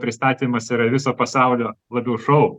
pristatymas yra viso pasaulio labiau šou